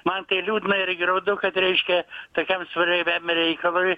man tai liūdna ir graudu kad reiškia tokiam svarbiam reikalui